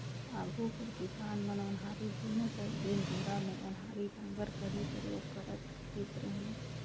आघु कर किसान मन ओन्हारी बुने कर दिन दुरा मे ओन्हारी नांगर कर ही परियोग करत खित रहिन